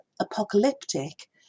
apocalyptic